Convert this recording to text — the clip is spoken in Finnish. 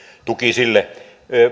tuki sille